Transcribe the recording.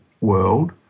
world